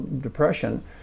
depression